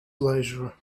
leisure